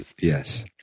Yes